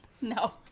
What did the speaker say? No